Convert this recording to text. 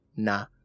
Nah